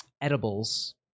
edibles